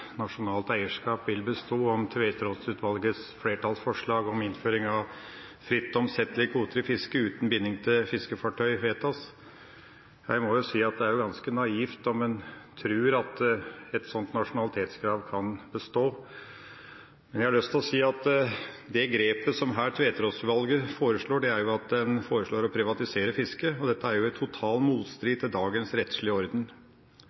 nasjonalt eierskap vil bestå om Tveterås-utvalgets flertallsforslag om innføring av fritt omsettelige kvoter i fiske uten binding til fiskefartøy vedtas. Jeg må si at det er ganske naivt å tro at et sånt nasjonalitetskrav kan bestå. Jeg har lyst til å si at det grepet som Tveterås-utvalget her foreslår, er å privatisere fisket. Dette står i total motstrid til dagens rettslige orden.